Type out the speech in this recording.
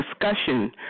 discussion